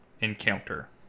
encounter